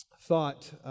thought